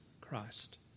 Christ